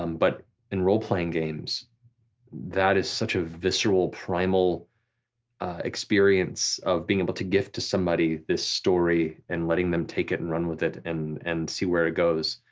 um but in roleplaying games that is such a visceral, primal experience of being able to gift to somebody this story and letting them take it and run with it and see where it goes.